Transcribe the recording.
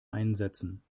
einsetzen